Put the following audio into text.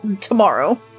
tomorrow